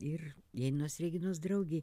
ir janinos reginos draugei